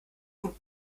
gut